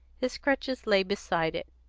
his crutches lay beside it.